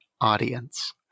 audience